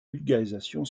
vulgarisation